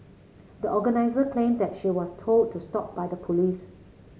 the organiser claimed that she was told to stop by the police